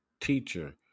teacher